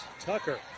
Tucker